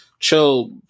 Chill